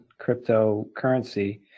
cryptocurrency